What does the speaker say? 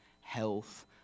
health